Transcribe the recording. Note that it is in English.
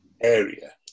area